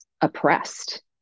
oppressed